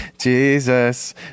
Jesus